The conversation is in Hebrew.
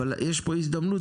אבל יש פה הזדמנות,